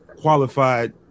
qualified